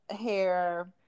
hair